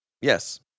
Yes